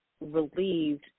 relieved